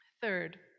Third